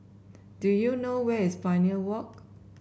do you know where is Pioneer Walk